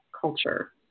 culture